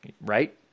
right